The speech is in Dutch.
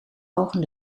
ogen